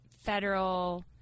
federal